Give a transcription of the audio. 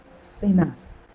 sinners